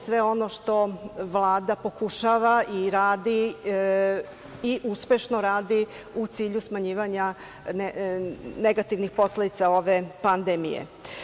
sve ono što Vlada pokušava i uspešno radi u cilju smanjivanja negativnih posledica ove pandemije.